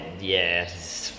yes